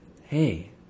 hey